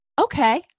okay